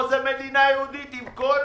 פה זה מדינה יהודית, עם כל